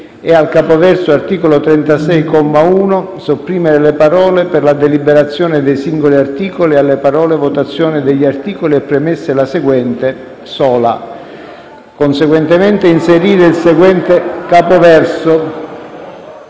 *e al capoverso "Art. 36", al comma 1, sopprimere le parole:* «per la deliberazione dei singoli articoli» *e alle parole*: «votazione degli articoli» *è premessa la seguente:* «sola». *Conseguentemente, inserire il seguente capoverso:*